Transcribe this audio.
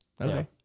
okay